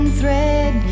thread